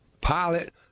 pilot